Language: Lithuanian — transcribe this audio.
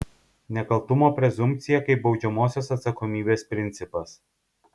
nekaltumo prezumpcija kaip baudžiamosios atsakomybės principas